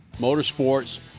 motorsports